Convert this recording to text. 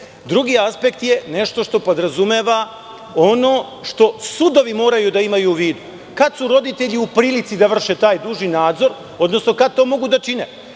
Drugi aspekt je nešto što podrazumeva ono što sudovi moraju da imaju u vidu. Kada su roditelji u prilici da vrše taj dužni nadzor, odnosno kada to mogu da čine?